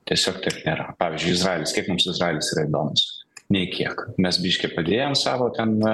tiesiog taip nėra pavyzdžiui izraelis kaip mums izraelis yra įdomus nei kiek mes biškį padėjom savo ten